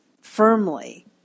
firmly